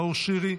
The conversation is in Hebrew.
נאור שירי,